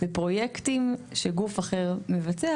בפרויקטים שגוף אחר מבצע,